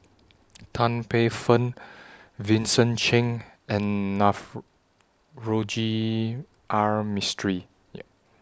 Tan Paey Fern Vincent Cheng and Navroji R Mistri